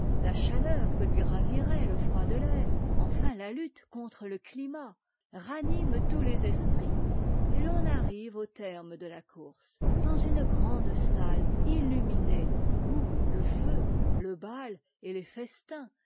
la chaleur que lui ravirait le froid de l'air enfin la lutte contre te climat raniment tous les esprits et l'on arrive au terme de la course dans une grande salle illuminée où le feu le bal et les festins